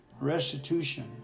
restitution